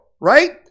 right